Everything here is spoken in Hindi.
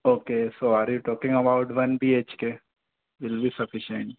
okay sorry talking about one B H K will be sufficient